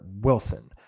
Wilson